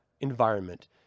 environment